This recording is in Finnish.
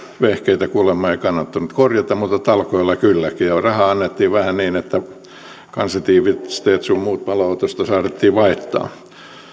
vehkeitä kuulemma ei kannattanut korjata mutta talkoilla kylläkin ja rahaa annettiin vähän niin että kansitiivisteet sun muut paloautosta saatettiin vaihtaa